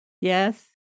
yes